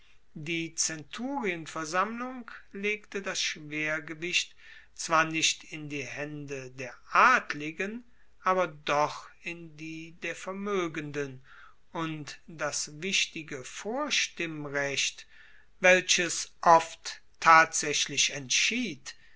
die zenturienversammlung legte das schwergewicht zwar nicht in die haende der adligen aber doch in die der vermoegenden und das wichtige vorstimmrecht welches oft tatsaechlich entschied